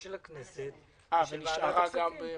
וגם.